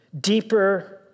deeper